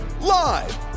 live